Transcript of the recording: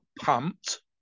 pumped